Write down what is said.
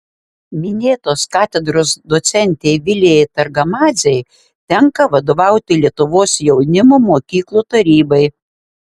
minėtos katedros docentei vilijai targamadzei tenka vadovauti lietuvos jaunimo mokyklų tarybai